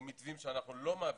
או מתווים שאנחנו לא מעבירים,